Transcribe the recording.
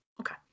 Okay